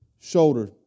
shoulder